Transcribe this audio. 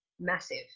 massive